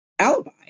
alibi